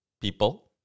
people